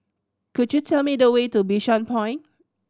could you tell me the way to Bishan Point